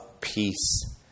peace